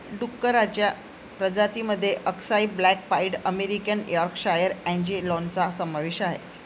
डुक्करांच्या प्रजातीं मध्ये अक्साई ब्लॅक पाईड अमेरिकन यॉर्कशायर अँजेलॉनचा समावेश आहे